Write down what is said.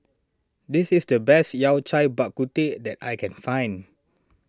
this is the best Yao Cai Bak Kut Teh that I can find